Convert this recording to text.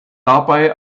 dabei